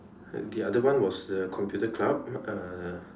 the other one was the computer club uh